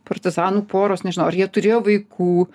partizanų poros nežinau ar jie turėjo vaikų